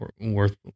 worth